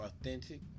authentic